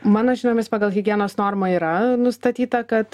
mano žiniomis pagal higienos normą yra nustatyta kad